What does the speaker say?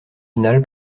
finale